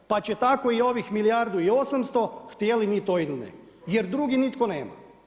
Pa će tako i ovih milijardu i 800 htjeli mi to ili ne jer drugi nitko nema.